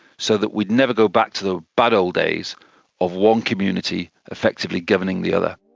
so that we'd never go back to the bad old days of one community effectively governing the other.